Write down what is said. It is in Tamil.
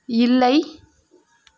இல்லை